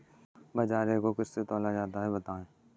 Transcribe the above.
बाजरे को किससे तौला जाता है बताएँ?